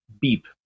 Beep